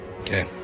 Okay